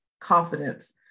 confidence